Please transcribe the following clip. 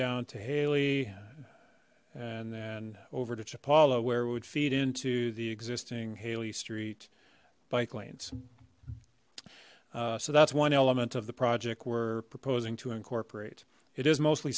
down to haley and then over to chapala where would feed into the existing haley street bike lanes so that's one element of the project we're proposing to incorporate it is mostly